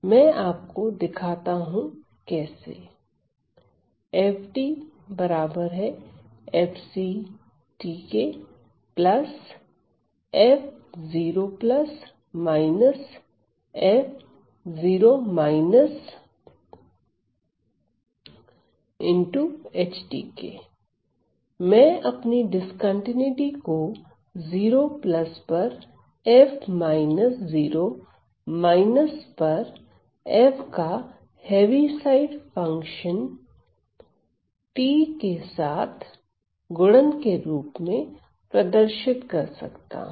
मैं आपको दिखाता हूं कैसे मैं अपनी डिस्कंटीन्यूटी को 0प्लस पर f माइनस 0 माइनस पर f का हैवी साइड फंक्शन t के साथ गुणन के रूप में प्रदर्शित कर सकता हूं